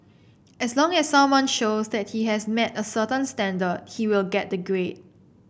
as long as someone shows that he has met a certain standard he will get the grade